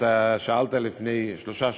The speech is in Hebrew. אתה שאלת לפני שלושה שבועות,